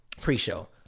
pre-show